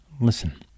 Listen